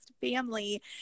family